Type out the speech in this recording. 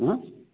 हँ